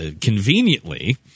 conveniently